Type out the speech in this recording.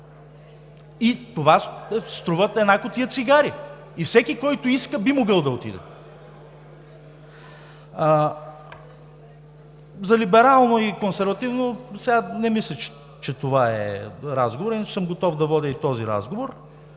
5 лв. и струват една кутия цигари, и всеки, който иска, би могъл да отиде. За либерално и консервативно – сега не мисля, че това е разговорът, а иначе съм готов да водя и този разговор.